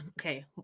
okay